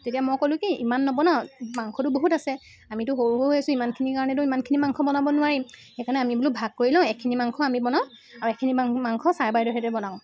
তেতিয়া মই ক'লোঁ কি ইমান নবনাওঁ মাংসতো বহুত আছে আমিতো সৰু সৰু হৈ আছোঁ ইমানখিনিৰ কাৰণেতো ইমানখিনি মাংস বনাব নোৱাৰিম সেইকাৰণে আমি বোলো ভাগ কৰি লওঁ এইখিনি মাংস আমি বনাওঁ আৰু এইখিনি মাং মাংস ছাৰ বাইদেউহঁতে বনাব